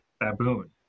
baboon